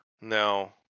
No